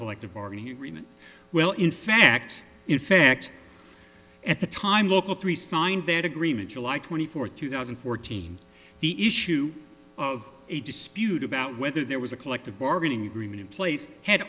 collective bargaining agreement well in fact in fact at the time local three signed that agreement july twenty fourth two thousand and fourteen the issue of a dispute about whether there was a collective bargaining agreement in place had